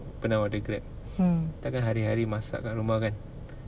pernah order grab takkan hari-hari masak kat rumah kan